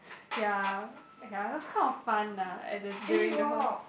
ya ya it was kind of fun lah at the during the whole